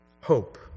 Hope